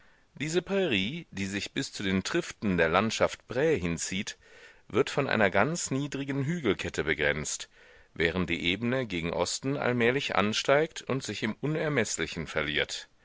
diese prärie die sich bis zu den triften der landschaft pray hinzieht wird von einer ganz niedrigen hügelkette begrenzt während die ebene gegen osten allmählich ansteigt und sich im unermeßlichen verliert